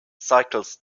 cycles